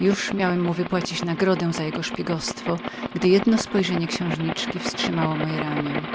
już miałem mu wypłacić nagrodę za jego szpiegostwo gdy jedno spojrzenie księżniczki wstrzymało moje ramię